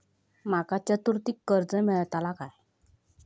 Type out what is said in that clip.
माका चतुर्थीक कर्ज मेळात काय?